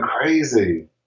crazy